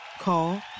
Call